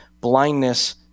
blindness